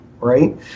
right